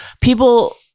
people